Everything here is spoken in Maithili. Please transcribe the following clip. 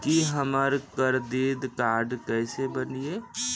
की हमर करदीद कार्ड केसे बनिये?